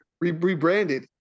rebranded